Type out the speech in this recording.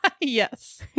Yes